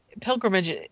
pilgrimage